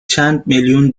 چندمیلیونی